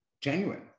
genuine